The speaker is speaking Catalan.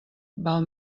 val